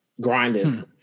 grinding